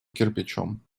кирпичом